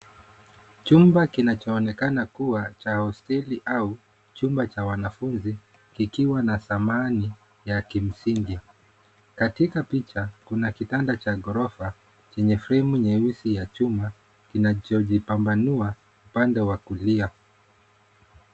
Chumba kinachoonekana kuwa cha hosteli au chumba cha wanafunzi kikiwa na samani ya kimsingi. Katika picha kuna kitanda cha ghorofa chenye fremu nyeusi ya chuma kinachojipambanua pande wa kulia.